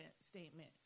statement